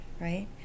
right